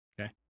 Okay